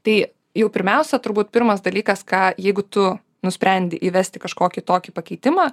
tai jau pirmiausia turbūt pirmas dalykas ką jeigu tu nusprendi įvesti kažkokį tokį pakeitimą